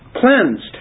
cleansed